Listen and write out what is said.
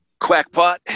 Quackpot